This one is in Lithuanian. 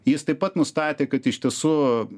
jis taip pat nustatė kad iš tiesų